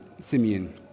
Simeon